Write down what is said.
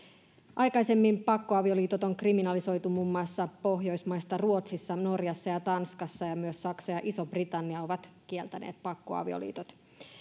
aikaisemmin pakkoavioliitot on kriminalisoitu muun muassa pohjoismaista ruotsissa norjassa ja tanskassa ja myös saksa ja iso britannia ovat kieltäneet pakkoavioliitot